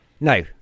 No